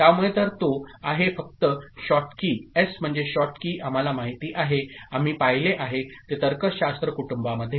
त्यामुळेतरतो आहेफक्त Schottky S म्हणजे Schottky आम्हाला माहिती आहे आम्हीपाहिले आहेतेतर्कशास्त्रकुटुंब मध्ये